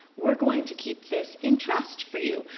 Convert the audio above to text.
we're going to keep this in trust for you,